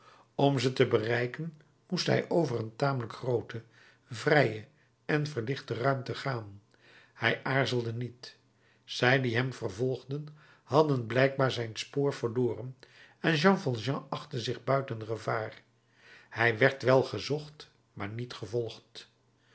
om ze te bereiken moest hij over een tamelijk groote vrije en verlichte ruimte gaan hij aarzelde niet zij die hem vervolgden hadden blijkbaar zijn spoor verloren en jean valjean achtte zich buiten gevaar hij werd wel gezocht maar niet gevolgd